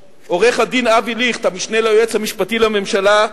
לעורך-הדין אבי ליכט, המשנה ליועץ המשפטי לממשלה,